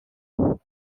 heard